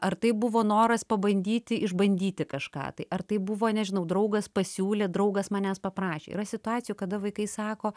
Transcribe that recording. ar tai buvo noras pabandyti išbandyti kažką tai ar tai buvo nežinau draugas pasiūlė draugas manęs paprašė yra situacijų kada vaikai sako